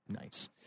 nice